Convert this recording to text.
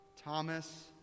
Thomas